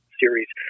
series